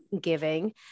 giving